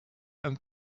and